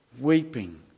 weeping